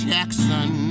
Jackson